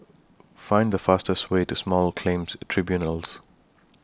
Find The fastest Way to Small Claims Tribunals